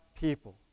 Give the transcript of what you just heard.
people